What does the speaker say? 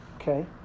Okay